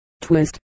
twist